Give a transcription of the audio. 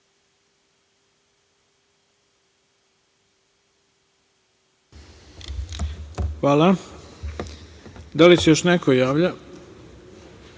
Hvala. Da li se još neko javlja?